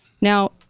Now